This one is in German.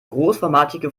großformatige